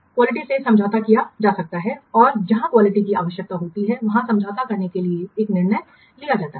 गुणवत्ता से समझौता किया जा सकता है और जहां क्वालिटी की आवश्यकता होती है वहां समझौता करने के लिए एक निर्णय लिया जाता है